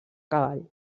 cavall